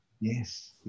Yes